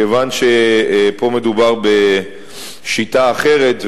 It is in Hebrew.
כיוון שפה מדובר בשיטה אחרת,